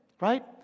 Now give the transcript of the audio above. Right